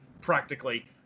practically